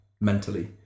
mentally